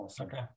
Okay